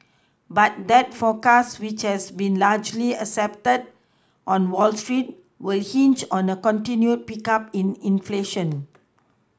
but that forecast which has been largely accepted on Wall street will hinge on a continued pickup in inflation